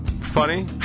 funny